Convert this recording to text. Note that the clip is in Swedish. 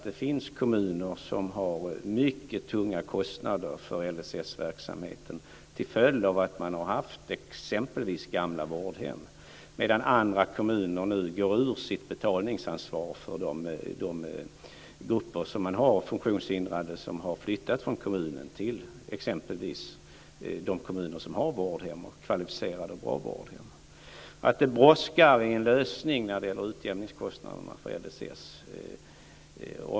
Det finns kommuner som har mycket tunga kostnader för LSS-verksamheten till följd av att man har haft exempelvis gamla vårdhem. Andra kommuner däremot går nu ur sitt betalningsansvar för de grupper man har av funktionshindrade som har flyttat från kommunen till exempelvis de kommuner som har kvalificerade och bra vårdhem. Det brådskar med en lösning när det gäller utjämningskostnaderna för LSS.